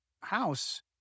house